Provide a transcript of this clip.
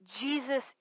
Jesus